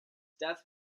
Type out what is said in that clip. death